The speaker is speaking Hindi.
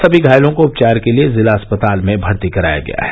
सभी घायलों को उपचार के लिये जिला अस्पताल में भर्ती कराया गया है